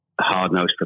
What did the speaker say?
hard-nosed